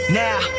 now